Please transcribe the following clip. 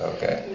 Okay